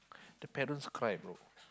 the parents cry bro